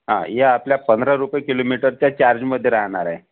ह हे आपल्या पंधरा रुपये किलोमीटरच्या चार्ज मध्ये राहणार आहे